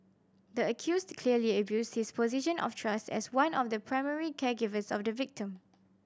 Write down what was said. the accused clearly abused his position of trust as one of the primary caregivers of the victim